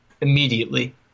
immediately